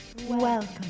Welcome